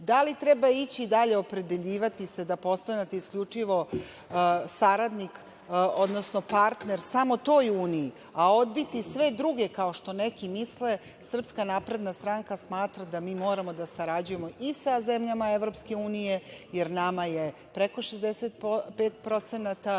li treba ići dalje opredeljivati se da postanete isključivo saradnik, odnosno partner samo toj uniji, a odbiti sve druge, kao što neki misle, SNS smatra da mi moramo da sarađujemo i sa zemljama EU, jer nama je preko 65% trgovinska